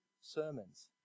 sermons